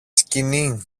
σκοινί